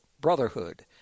brotherhood